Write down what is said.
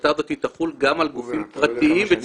שההחלטה הזאת תחול גם על גופים פרטיים וציבוריים.